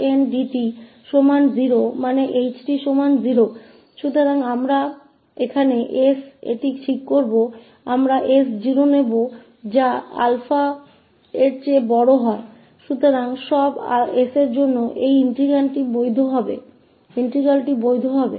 तो हम वास्तव में इस परिणाम का उपयोग करेंगे जिसका अर्थ है 01h𝑡tn𝑑t 0 के बराबर का अर्थ है ℎ𝑡 बराबर 0 तो यहाँ हम इस को ठीक करेंगे हमलेंगे s0 जो इस से बड़ा है